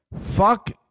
fuck